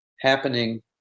happening